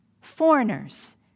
Foreigners